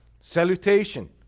Salutation